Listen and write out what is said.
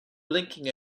blinking